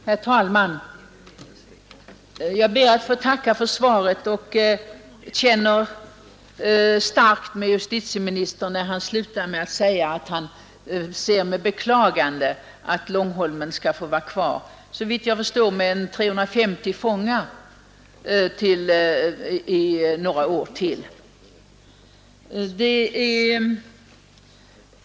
Herr talman! Jag ber att få tacka för svaret. Jag känner starkt med justitieministern, när han slutar sitt anförande med att säga att han med beklagande konstaterar att Långholmen skall behöva vara kvar — såvitt jag förstår med 250 fångar — några år till.